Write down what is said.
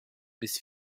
bis